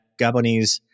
Gabonese